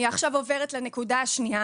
אני עכשיו עוברת לנקודה השנייה,